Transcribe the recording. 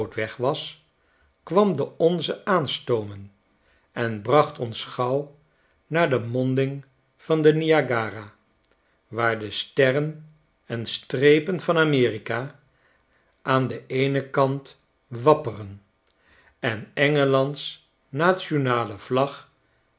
weg was kwam de onze aanstoomen en bracht ons gauw naar demonding van de niagara waar de sterren enstrepen van a m e r i k a aan den eenen kant wapperen en engelands nationale vlag